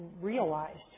realized